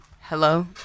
hello